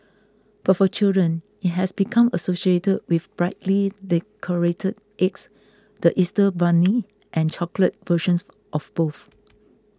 but for children it has become associated with brightly decorated eggs the Easter bunny and chocolate versions of both